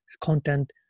content